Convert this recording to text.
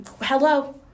hello